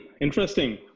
Interesting